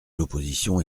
l’opposition